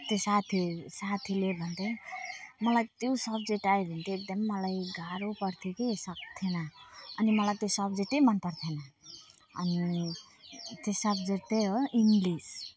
त्यो साथी साथीले भन्थे मलाई त्यो सब्जेक्ट आयो भने चाहिँ एकदमै मलाई गाह्रो पर्थ्यो के सक्दिनँ थिएँ अनि मलाई त्यो सब्जेक्टै मनपर्थेन अनि त्यो सब्जेक्ट चाहिँ हो इङ्लिस